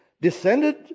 descended